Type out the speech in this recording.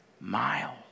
mile